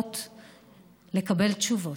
למשפחות לקבל תשובות.